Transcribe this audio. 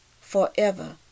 forever